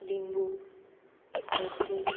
लिंबू मेथी